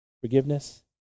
Forgiveness